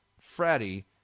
Freddie